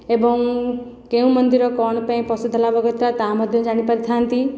ଏବଂ କେଉଁ ମନ୍ଦିର କ'ଣ ପାଇଁ ପ୍ରସିଦ୍ଧ ଲାଭ କରିଥାଏ ତା ମଧ୍ୟ ଜାଣିପାରିଥାନ୍ତି